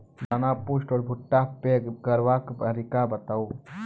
दाना पुष्ट आर भूट्टा पैग करबाक तरीका बताऊ?